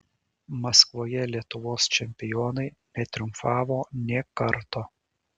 maskvoje lietuvos čempionai netriumfavo nė karto